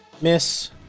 Miss